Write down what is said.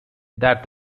that